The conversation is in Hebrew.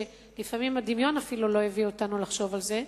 שלפעמים הדמיון אפילו לא הביא אותנו לחשוב על זה,